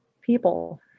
people